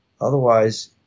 otherwise